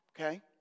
okay